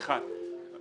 אחד,